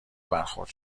برخورد